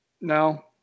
no